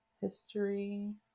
history